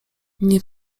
nie